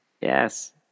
yes